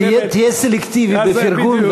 תהיה סלקטיבי בפרגון,